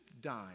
dime